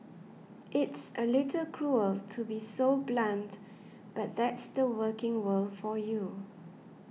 it's a little cruel to be so blunt but that's the working world for you